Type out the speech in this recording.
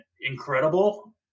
incredible